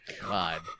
God